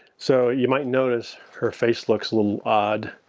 so, you might notice her face looks a little odd,